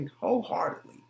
wholeheartedly